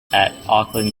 auckland